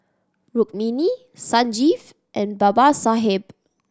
Rukmini Sanjeev and Babasaheb